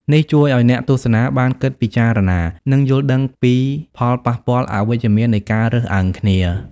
នេះជួយឱ្យអ្នកទស្សនាបានគិតពិចារណា និងយល់ដឹងពីផលប៉ះពាល់អវិជ្ជមាននៃការរើសអើងគ្នា។